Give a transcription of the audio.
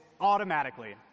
automatically